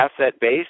asset-based